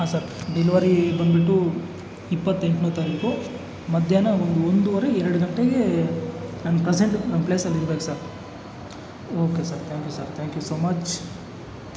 ಹಾಂ sir delivery ಬಂದ್ಬಿಟ್ಟು ಇಪ್ಪತ್ತೆಂಟನೇ ತಾರೀಖು ಮಧ್ಯಾಹ್ನ ಒಂದು ಒಂದುವರೆ ಎರಡು ಗಂಟೆಗೆ ನಮ್ಮ ಪ್ರಸೆಂಟ್ ನಮ್ಮ ಪ್ಲೇಸಲ್ಲಿ ಇರಬೇಕು sir okay sir thank you sir thank you so much